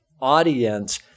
audience